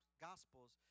Gospels